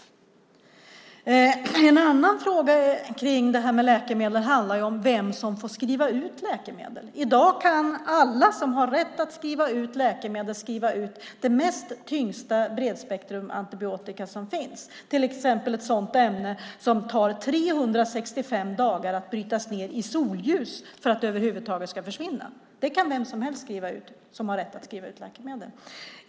En annan fråga om läkemedel handlar om vem som får skriva ut läkemedel. I dag kan alla som har rätt att skriva ut läkemedel skriva ut det tyngsta bredspektrum antibiotika som finns, till exempel ett sådant som tar 365 dagar att brytas ned i solljus för att det över huvud taget ska försvinna. Det kan vem som helst skriva ut som har rätt att skriva ut läkemedel.